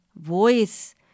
voice